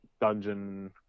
dungeon